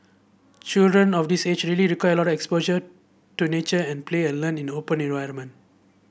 children of this age really require a lot exposure to nature and play and learn in open environment